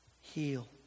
Heal